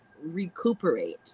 recuperate